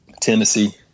Tennessee